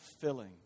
filling